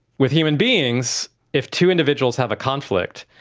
with human beings, if two individuals have a conflict,